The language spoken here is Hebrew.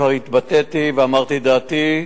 כבר התבטאתי ואמרתי את דעתי.